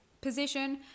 position